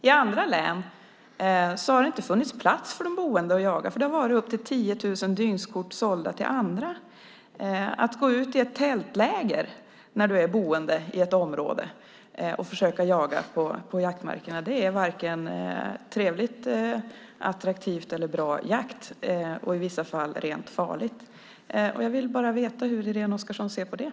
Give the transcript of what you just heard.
I andra län har det inte funnits plats för de boende att jaga, för det har sålts upp till 10 000 dygnskort till andra. Att gå ut i ett tältläger för att jaga när man är boende i området är varken trevligt eller attraktivt, och det är inte bra jakt. I vissa fall är det rent farligt. Jag vill bara veta hur Irene Oskarsson ser på detta.